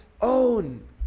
own